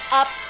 up